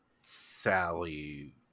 Sally